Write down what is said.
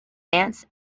dance